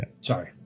sorry